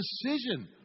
decision